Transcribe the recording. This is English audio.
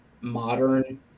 modern